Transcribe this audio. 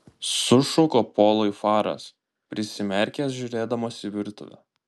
sušuko polui faras prisimerkęs žiūrėdamas į virtuvę